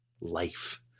life